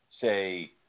say